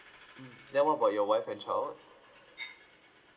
mm then what about your wife and child